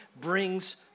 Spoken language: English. brings